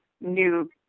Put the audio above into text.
new